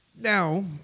now